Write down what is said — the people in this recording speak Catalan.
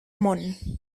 món